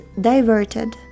diverted